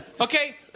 Okay